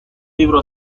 libro